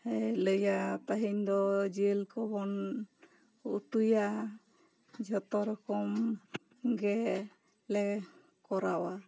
ᱞᱟᱹᱭᱟ ᱯᱟᱹᱦᱤᱞ ᱫᱚ ᱡᱮᱞ ᱠᱚ ᱵᱚᱱ ᱩᱛᱩᱭᱟ ᱡᱷᱚᱛᱚ ᱨᱚᱠᱚᱢ ᱜᱮ ᱞᱮ ᱠᱚᱨᱟᱣᱟ